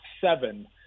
seven